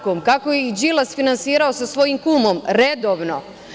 Kako ih je Đilas finansirao sa svojim kumom, redovno?